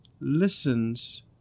listens